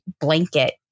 blanket